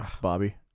Bobby